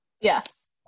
Yes